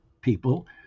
people